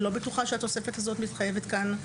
לא בטוחה שהתוספת הזו מתחייבת כאן,